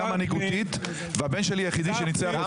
מנהיגותית והבן שלי הוא היחידי שניצח אותך?